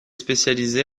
spécialisé